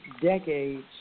decades